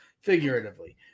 figuratively